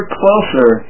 closer